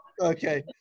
okay